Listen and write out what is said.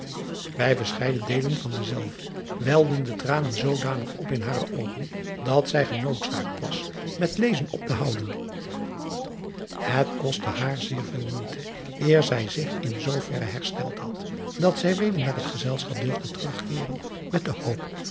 ij verscheiden deelen van denzelven welden de tranen zoodanig op in hare oogen dat zij genoodzaakt was met lezen op te houden et kostte haar zeer veel moeite eer zij zich in zooverre hersteld had dat zij weder naar het gezelschap durfde terugkeeren met de hoop